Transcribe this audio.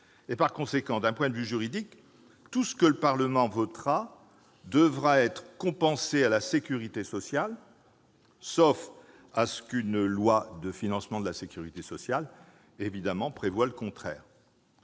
Par conséquent, d'un point de vue juridique, tout ce que le Parlement votera devra être compensé à la sécurité sociale, sauf à ce qu'une loi de financement de la sécurité sociale prévoie le contraire.